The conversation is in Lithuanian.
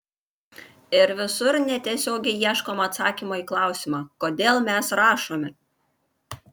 ir visur netiesiogiai ieškoma atsakymo į klausimą kodėl mes rašome